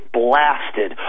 blasted